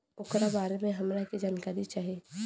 ओकरा बारे मे हमरा के जानकारी चाही?